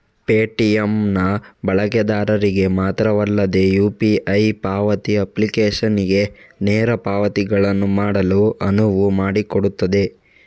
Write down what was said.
Paytm ನ ಬಳಕೆದಾರರಿಗೆ ಮಾತ್ರವಲ್ಲದೆ ಯು.ಪಿ.ಐ ಪಾವತಿ ಅಪ್ಲಿಕೇಶನಿಗೆ ನೇರ ಪಾವತಿಗಳನ್ನು ಮಾಡಲು ಅನುವು ಮಾಡಿಕೊಡುತ್ತದೆ